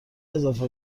اضافه